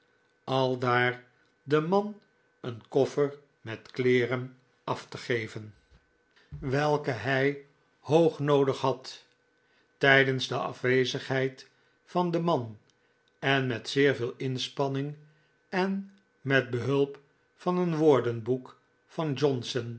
aldaar den man een koffer met kleeren af te geven i welke hij hoognoodig had tijdens dc afwezigheid van den man en met zeer veel inspanning en met behulp van een woordenboek van johnson